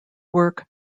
work